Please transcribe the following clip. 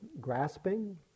grasping